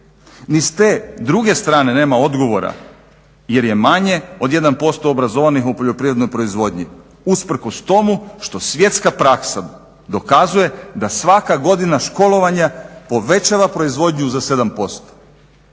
Ni s te druge strane nema odgovora jer je manje od 1% obrazovanih u poljoprivrednoj proizvodnji usprkos tomu što svjetska praksa dokazuje da svaka godina školovanja povećava proizvodnju za 7%.